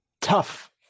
tough